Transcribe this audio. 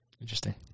Interesting